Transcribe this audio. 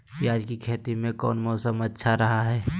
प्याज के खेती में कौन मौसम अच्छा रहा हय?